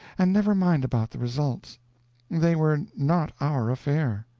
and never mind about the results they were not our affair.